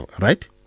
Right